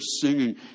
singing